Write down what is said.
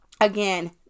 again